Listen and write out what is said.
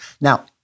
Now